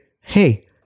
Hey